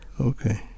Okay